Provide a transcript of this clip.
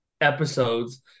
episodes